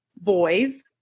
boys